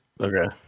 Okay